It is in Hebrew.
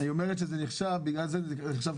לא, היא אומרת שזה נחשב כחברה אחת.